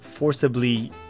Forcibly